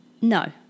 No